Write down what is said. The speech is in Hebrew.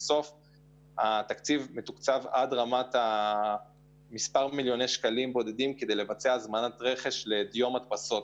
בגלל שהתקציב הוא עד רמת תקציב לדיו מדפסות.